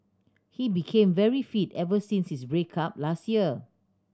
he became very fit ever since his break up last year